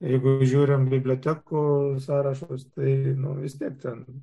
jeigu žiūrim bibliotekų sąrašus tai vis tiek ten